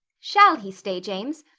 shall he stay, james,